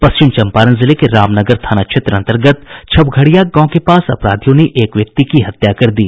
पश्चिम चंपारण जिले के रामनगर थाना क्षेत्र अंतर्गत छवघड़िया गांव के पास अपराधियों ने एक व्यक्ति की हत्या कर दी